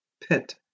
pit